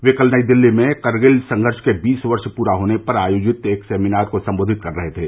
वे कल नई दिल्ली में करगिल संघर्ष के बीस वर्ष प्रे होने पर आयोजित एक सेमिनार को सम्बोधित कर रहे थे